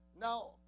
Now